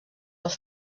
els